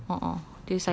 a'ah a'ah